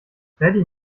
freddie